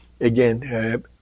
again